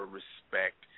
respect